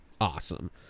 awesome